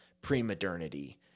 pre-modernity